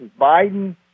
Biden